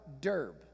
Derb